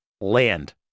land